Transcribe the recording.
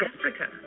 Africa